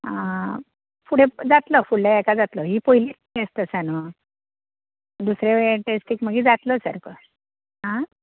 फुडें जातलो फुडल्या हाका जातलो ही पयलीच टॅस्ट आसा न्हय दुसऱ्या वेळे टॅस्टीक मागीर जातलो सारको आं